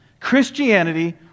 christianity